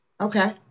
Okay